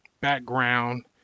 background